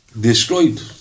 destroyed